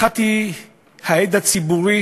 האחת היא ההד הציבורי